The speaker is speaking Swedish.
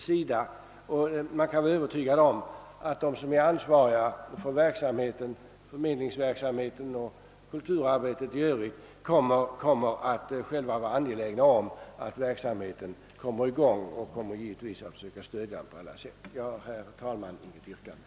Vi kan vara övertygade om att de ansvariga för förmedlingsverksamheten och kulturarbetet i övrigt kommer att vara angelägna om att verksamheten kommer i gång och att de kommer att stödja den på alla sätt. Jag har, herr talman, inget yrkande.